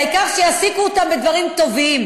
העיקר שיעסיקו אותם בדברים טובים,